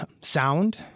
sound